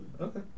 Okay